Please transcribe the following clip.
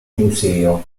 museo